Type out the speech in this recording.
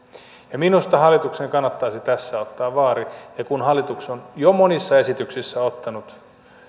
minusta hallituksen kannattaisi tästä ottaa vaarin kun hallitus on jo monissa esityksissä ottanut